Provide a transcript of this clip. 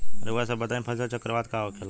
रउआ सभ बताई फसल चक्रवात का होखेला?